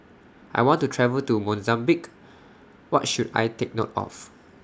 I want to travel to Mozambique What should I Take note of